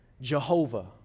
Jehovah